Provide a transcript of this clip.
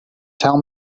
tell